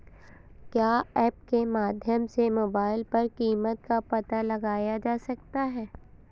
क्या ऐप के माध्यम से मोबाइल पर कीमत का पता लगाया जा सकता है?